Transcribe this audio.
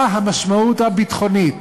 מה המשמעות הביטחונית